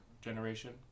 generation